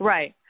Right